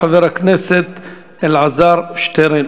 חבר הכנסת אלעזר שטרן,